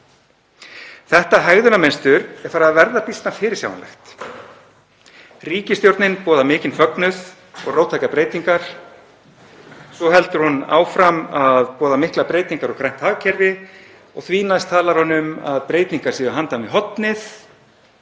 Þetta hegðunarmynstur er farið að verða býsna fyrirsjáanlegt. Ríkisstjórnin boðar mikinn fögnuð og róttækar breytingar. Svo heldur hún áfram að boða miklar breytingar og grænt hagkerfi og því næst talar hún um að breytingar séu handan við hornið